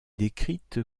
décrite